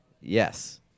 Yes